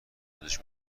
آموزش